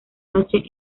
noche